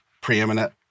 preeminent